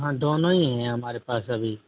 हाँ दोनों ही हैं हमारे पास अभी